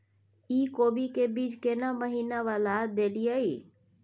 इ कोबी के बीज केना महीना वाला देलियैई?